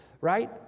right